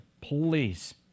please